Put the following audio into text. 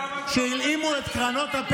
אתה יודע למה אתה לא חבר כנסת,